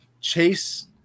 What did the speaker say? Chase